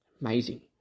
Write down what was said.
Amazing